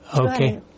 Okay